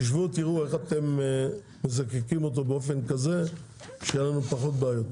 תשבו תראו איך אתם מזקקים אותו באופן כזה שיהיו לנו פחות בעיות.